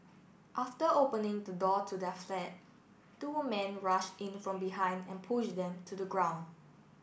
after opening the door to their flat two men rushed in from behind and pushed them to the ground